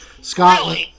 scotland